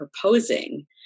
proposing